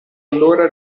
allora